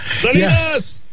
Salinas